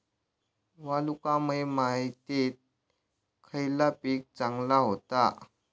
वालुकामय मातयेत खयला पीक चांगला होता?